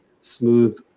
smooth